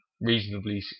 reasonably